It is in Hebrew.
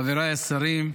חבריי השרים,